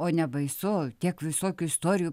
o nebaisu tiek visokių istorijų